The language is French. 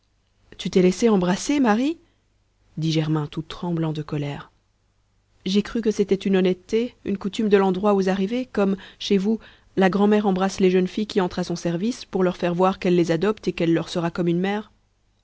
tu t'es laissé embrasser marie dit germain tout tremblant de colère j'ai cru que c'était une honnêteté une coutume de l'endroit aux arrivées comme chez vous la grand'mère embrasse les jeunes filles qui entrent à son service pour leur faire voir qu'elle les adopte et qu'elle leur sera comme une mère